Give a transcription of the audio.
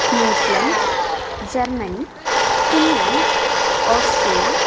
New Zealand Germany Finland Austria